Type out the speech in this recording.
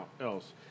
else